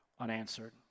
unanswered